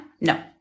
No